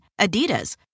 Adidas